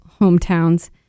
hometowns